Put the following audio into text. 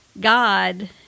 god